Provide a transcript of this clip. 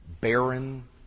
barren